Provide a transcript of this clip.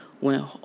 went